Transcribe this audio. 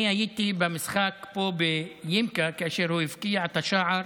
אני הייתי במשחק פה בימק"א כאשר הוא הבקיע את השער